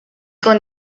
con